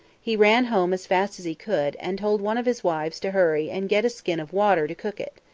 he ran home as fast as he could, and told one of his wives to hurry and get a skin of water to cook it.